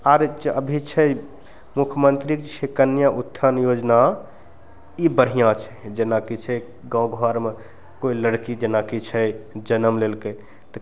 आर अभी छै मुखमन्त्री जी छै कन्या उत्थान योजना ई बढ़िआँ छै जेनाकि छै गाँव घरमे कोइ लड़की जेनाकि छै जनम लेलकै